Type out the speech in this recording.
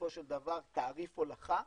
בסופו של דבר תעריף הולכה,